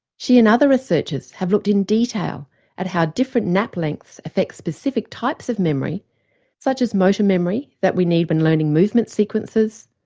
she and other researchers have looked in detail at how different nap lengths affect specific types of memory such as motor memory that we need when learning movement sequences,